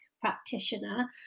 practitioner